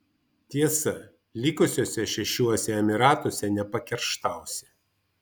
tiesa likusiuose šešiuose emyratuose nepakerštausi